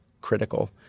critical